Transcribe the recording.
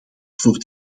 voor